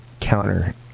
counter